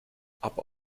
aber